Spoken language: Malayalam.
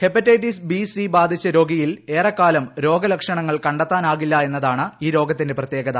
ഹെപ്പറ്റൈറ്റിസ് ബിസി ബാധിച്ച രോഗിയിൽ ഏറെക്കാലം രോഗലക്ഷണങ്ങൾ കണ്ടെത്താനാകില്ല എന്നതാണ് ഈ രോഗത്തിന്റെ പ്രത്യേകത